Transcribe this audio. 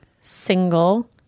single